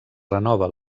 renova